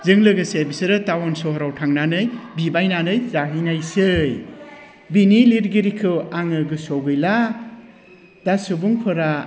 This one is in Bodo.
लोगोसे बिसोरो टाउन सहराव थांनानै बिबायनानै जाहैनायसै बिनि लिरगिरिखौ आङो गोसोआव गैला दा सुबुंफोरा